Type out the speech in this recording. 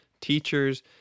teachers